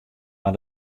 mar